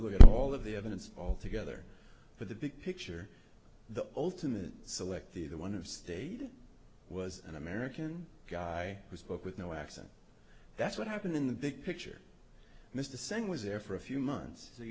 to look at all of the evidence all together but the big picture the ultimate select the the one of state was an american guy who spoke with no accent that's what happened in the big picture mr singh was there for a few months so